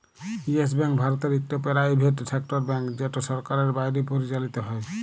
yes Bank ভারতের ইকট private sector bank যেট সরকারের বাইরে পরিচালিত হ্যয়